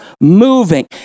moving